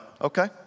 okay